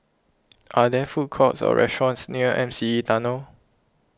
are there food courts or restaurants near M C E Tunnel